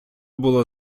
було